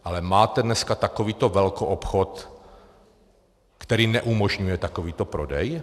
Ale máte dneska takovýto velkoobchod, který neumožňuje takovýto prodej?